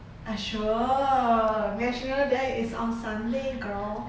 ah sure national day is on sunday girl